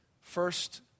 first